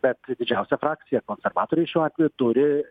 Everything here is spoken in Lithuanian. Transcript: bet didžiausia frakcija konservatoriai šiuo atveju turi